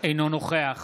אינו נוכח